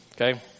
okay